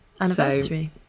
anniversary